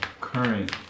current